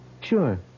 Sure